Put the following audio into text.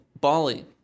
Bali